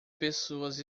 pessoas